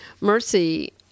Mercy